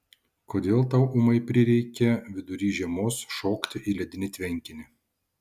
kodėl tau ūmai prireikė vidury žiemos šokti į ledinį tvenkinį